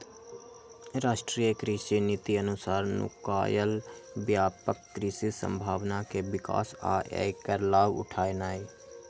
राष्ट्रीय कृषि नीति अनुसार नुकायल व्यापक कृषि संभावना के विकास आ ऐकर लाभ उठेनाई